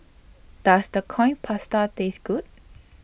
Does The Coin Pasta Taste Good